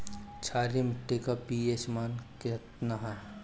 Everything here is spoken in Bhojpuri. क्षारीय मीट्टी का पी.एच मान कितना ह?